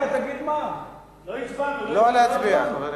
לא להצביע, חברים.